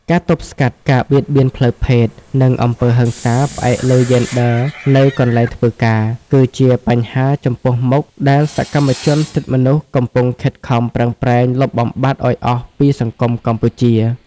ការទប់ស្កាត់ការបៀតបៀនផ្លូវភេទ និងអំពើហិង្សាផ្អែកលើយេនឌ័រនៅកន្លែងធ្វើការ គឺជាបញ្ហាចំពោះមុខដែលសកម្មជនសិទ្ធិមនុស្សកំពុងខិតខំប្រឹងប្រែងលុបបំបាត់ឱ្យអស់ពីសង្គមកម្ពុជា។